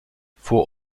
vor